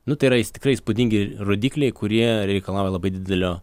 nu tai yra jis tikrai įspūdingi rodikliai kurie reikalauja labai didelio